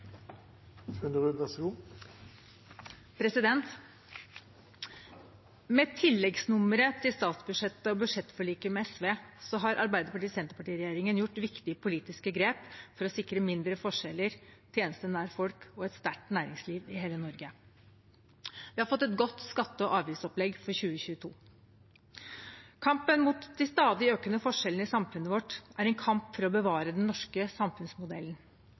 Med tilleggsnummeret til statsbudsjettet og budsjettforliket med SV har Arbeiderparti–Senterparti-regjeringen gjort viktige politiske grep for å sikre mindre forskjeller, tjenester nær folk og et sterkt næringsliv i hele Norge. Vi har fått et godt skatte- og avgiftsopplegg for 2022. Kampen mot de stadig økende forskjellene i samfunnet vårt er en kamp for å bevare den norske samfunnsmodellen.